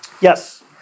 Yes